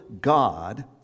God